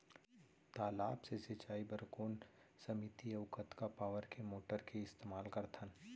तालाब से सिंचाई बर कोन सीमित अऊ कतका पावर के मोटर के इस्तेमाल करथन?